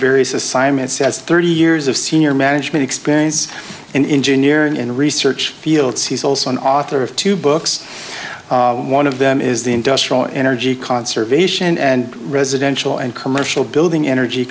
various assignments says thirty years of senior management experience in engineering and research fields he's also an author of two books one of them is the industrial energy conservation and residential and commercial building energy